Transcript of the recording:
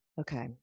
okay